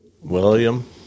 William